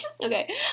Okay